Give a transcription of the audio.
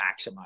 maximize